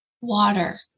water